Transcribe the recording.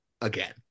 again